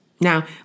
Now